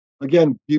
again